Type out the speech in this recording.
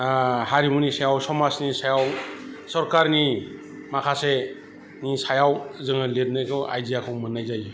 हारिमुनि सायाव समाजनि सायाव सरकारनि माखासेनि सायाव जोङो लिरनायखौ आइडियाखौ मोननाय जायो